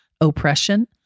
oppression